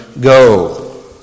go